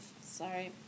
sorry